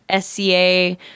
SCA